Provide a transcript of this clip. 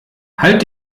halt